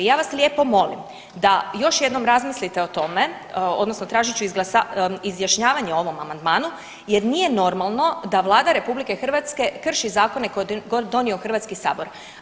Ja vas lijepo molim da još jednom razmislite o tome odnosno tražit ću izjašnjavanje o ovom amandmanu jer nije normalno da Vlada RH krši zakone koje je donio Hrvatski sabor.